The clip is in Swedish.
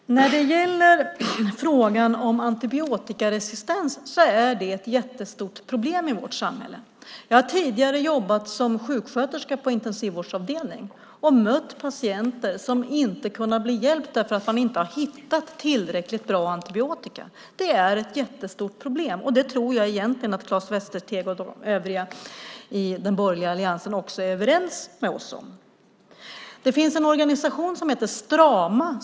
Fru talman! När det gäller frågan om antibiotikaresistens är det ett stort problem i vårt samhälle. Jag har tidigare jobbat som sjuksköterska på intensivvårdsavdelning och mött patienter som inte kunnat bli hjälpta för att man inte hittat tillräckligt bra antibiotika till dem. Det är ett mycket stort problem, och där tror jag att Claes Västerteg och övriga i den borgerliga alliansen är överens med oss. Det finns en organisation som heter Strama.